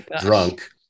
drunk